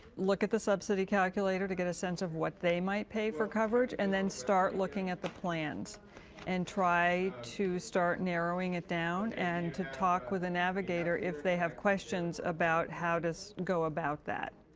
look at the subsidy calculator to get a sense what they might pay for coverage and then start looking at the plans and try to start narrowing it down and to talk with a navigator if they have questions about how to so go about that.